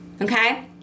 okay